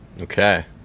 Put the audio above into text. Okay